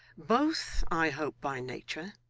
both i hope by nature,